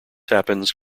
happens